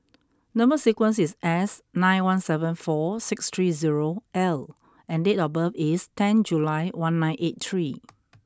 number sequence is S nine one seven four six three zero L and date of birth is ten July one nine eight three